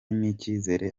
n’icyizere